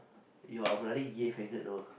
you are a bloody gay faggot though